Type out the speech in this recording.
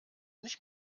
nicht